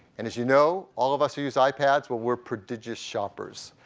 and as you know, all of us who use ipads, but we're prodigious shoppers.